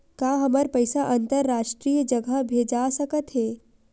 का हमर पईसा अंतरराष्ट्रीय जगह भेजा सकत हे?